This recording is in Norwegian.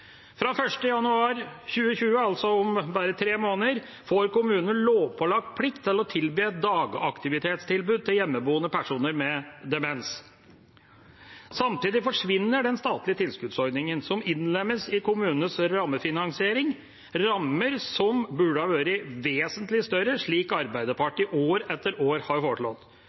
Fra 1. januar 2020, altså om bare tre måneder, får kommunene lovpålagt plikt til å tilby et dagaktivitetstilbud til hjemmeboende personer med demens. Samtidig forsvinner den statlige tilskuddsordningen, som innlemmes i kommunenes rammefinansiering – rammer som burde vært vesentlig større, slik Arbeiderpartiet år etter år har foreslått.